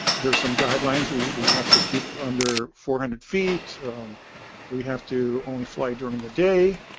there are some guidelines we we have to keep under four hundred feet we have to only fly during the day